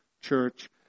church